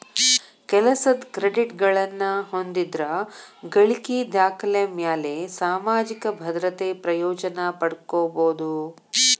ಕೆಲಸದ್ ಕ್ರೆಡಿಟ್ಗಳನ್ನ ಹೊಂದಿದ್ರ ಗಳಿಕಿ ದಾಖಲೆಮ್ಯಾಲೆ ಸಾಮಾಜಿಕ ಭದ್ರತೆ ಪ್ರಯೋಜನ ಪಡ್ಕೋಬೋದು